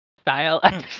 style